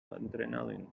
adrenaline